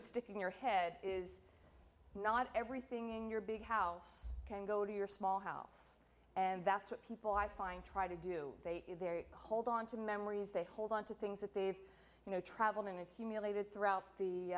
stick in your head is not everything in your big house can go to your small house and that's what people i find trying to do they hold on to memories they hold on to things that they've you know traveling accumulated throughout the